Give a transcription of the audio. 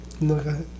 No